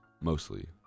mostly